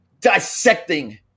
dissecting